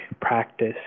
practice